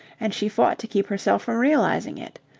and she fought to keep herself from realizing it.